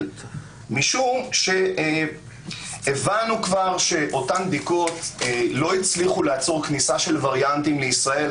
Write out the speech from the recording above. משום שהבנו כבר שאותן בדיקות לא הצליחו לעצור כניסה של וריאנטים לישראל.